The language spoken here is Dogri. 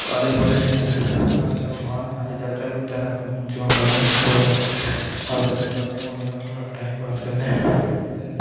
काॅलेज पढ़ै ने अस गपशप मारने अस जागतें पुगतें ने अप फोन शोन करने चुट्टें अपने होर फोन शोन करने होर बगैरा टाइम पास करने ते